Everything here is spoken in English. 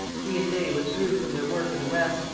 he and they withdrew from their work in the west,